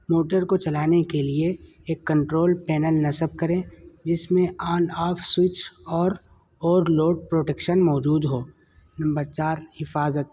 motor کو چلانے کے لیے ایک کنٹرول پینل نصب کریں جس میں آن آف سوئچ اور اوور لوڈ پروٹیکشن موجود ہو نمبر چار حفاظت